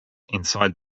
inside